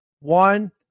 One